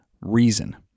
reason